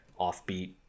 offbeat